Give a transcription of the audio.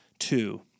two